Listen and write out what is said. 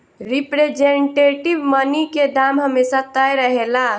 representative money के दाम हमेशा तय रहेला